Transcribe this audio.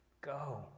go